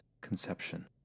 conception